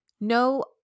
no